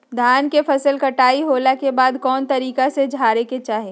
धान के फसल कटाई होला के बाद कौन तरीका से झारे के चाहि?